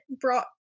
brought